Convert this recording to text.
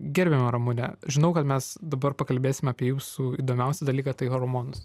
gerbiama ramune žinau kad mes dabar pakalbėsim apie jūsų įdomiausią dalyką tai hormonus